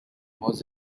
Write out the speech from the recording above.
was